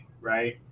right